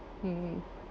mm